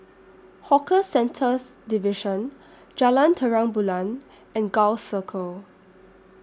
Hawker Centres Division Jalan Terang Bulan and Gul Circle